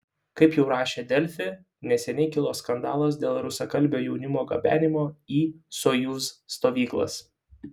kaip jau rašė delfi neseniai kilo skandalas dėl rusakalbio jaunimo gabenimo į sojuz stovyklas